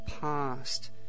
past